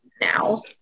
now